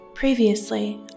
Previously